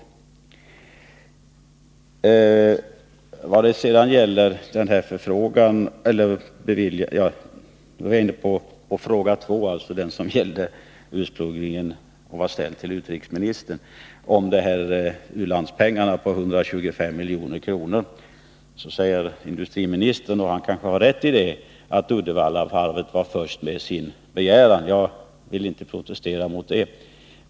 Nu kommer jag åter in på min andra fråga, alltså den som ursprungligen var ställd till utrikesministern om u-landspengar på 125 miljoner. Statsrådet Carlsson säger, och han kan ha rätt, att Uddevallavarvet var först med sin begäran. Det vill jag inte protestera emot.